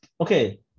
Okay